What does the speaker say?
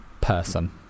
person